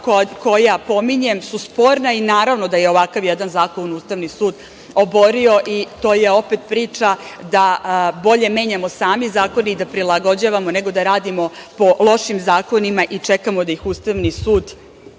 koja pominjem su sporna i naravno, da je ovakav jedan zakon Ustavni sud oborio i to je opet priča da bolje menjamo sami zakone i da prilagođavamo, nego da radimo po lošim zakonima i čekamo da ih Ustavni sud